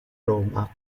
roma